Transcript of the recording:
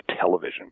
Television